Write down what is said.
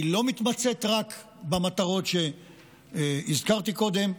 היא לא מתמצית רק במטרות שהזכרתי קודם,